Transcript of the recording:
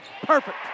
perfect